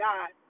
God